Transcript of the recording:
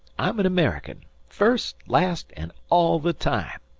i'm an american first, last, and all the time.